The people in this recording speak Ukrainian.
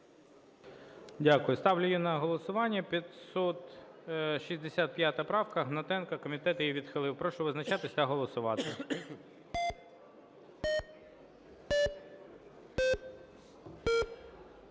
Дякую. Ставлю її на голосування. 565 правка, Гнатенко. Комітет її відхилив. Прошу визначатися та голосувати.